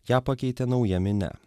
ją pakeitė nauja minia